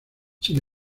sin